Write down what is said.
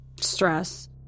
stress